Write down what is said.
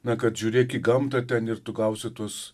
na kad žiūrėk į gamtą ten ir tu gausi tuos